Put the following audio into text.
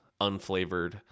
unflavored